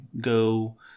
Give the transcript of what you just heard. go